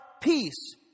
peace